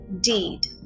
deed